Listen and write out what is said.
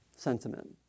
Sentiment